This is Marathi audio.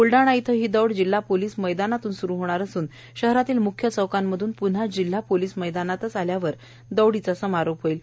ब्लडाणा येथे ही दौड जिल्हा पोलीस मैदान येथून सुरु होणार असून शहरातील मुख्य चौकांमध्न प्न्हा जिल्हा पोलीस मैदान येथे आल्यानंतर दौडचा समारोप होईल